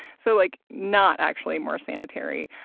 so like not actually more sanitary.